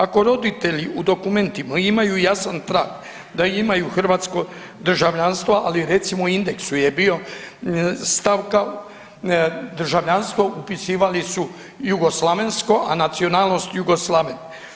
Ako roditelji u dokumentima imaju jasan trag da imaju hrvatsko državljanstvo, ali recimo u indeksu je bio stavka državljanstvo upisivali su jugoslavensko, a nacionalnost Jugoslaven.